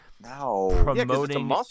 promoting